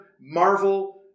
Marvel